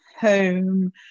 home